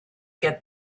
get